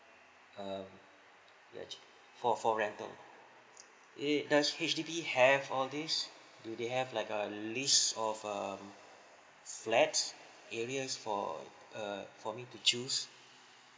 um actually for for rental it does H_D_B have all these do they have like a list of um flats areas for err for me to choose